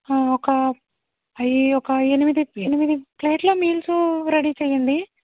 ఆ ఒక అవి ఒక ఎనిమిది ఎనిమిది ప్లేట్ ల మీల్స్ రెడీ చేయండి